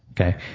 okay